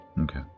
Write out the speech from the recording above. Okay